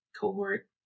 cohort